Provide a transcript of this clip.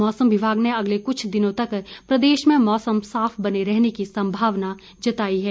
मौसम विभाग ने अगले कुछ दिनों तक प्रदेश में मौसम साफ रहने की संभावना जताई है